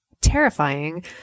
terrifying